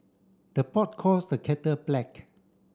the pot calls the kettle black